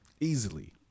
easily